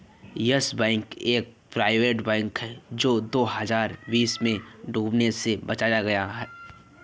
yes bank एक private bank है जो दो हज़ार बीस में डूबने से बचाया गया